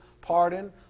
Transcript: pardon